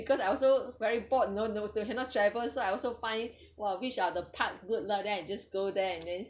because I also very bored you know you know they cannot travel so I also find !wow! which are the part good lah then I just go there and then